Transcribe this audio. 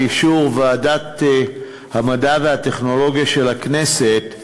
באישור ועדת המדע והטכנולוגיה של הכנסת,